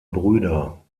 brüder